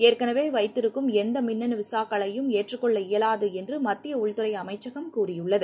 ஏற்கனவே வைத்திருக்கும் எந்த மிண்ணனு விசாக்களையும் ஏற்றுக் கொள்ள இயவாது என்று மத்திய உள்துறை அமைச்சகம் கூறியுள்ளது